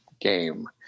game